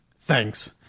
Thanks